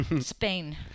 Spain